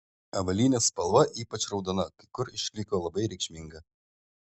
avalynės spalva ypač raudona kai kur išliko labai reikšminga